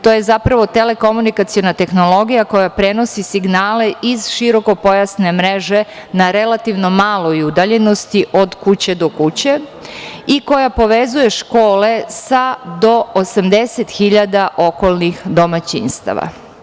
To je zapravo telekomunikaciona tehnologija koja prenosi signale iz širokopojasne mreže na relativno maloj udaljenosti od kuće do kuće i koja povezuje škole sa, do 80 hiljada okolnih domaćinstava.